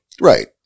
Right